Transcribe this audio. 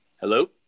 Hello